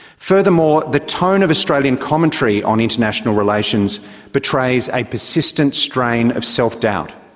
furthermore, the tone of australian commentary on international relations betrays a persistent strain of self-doubt.